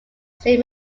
saint